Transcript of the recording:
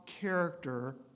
character